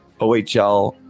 OHL